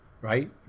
Right